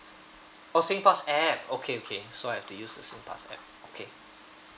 oh singpass app okay okay so I have to use a singpass app okay